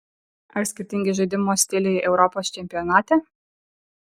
ar skirtingi žaidimo stiliai europos čempionate